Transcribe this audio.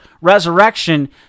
resurrection